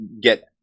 get